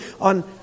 on